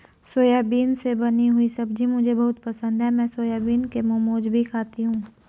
soybean से बनी हुई सब्जी मुझे बहुत पसंद है मैं सोयाबीन के मोमोज भी खाती हूं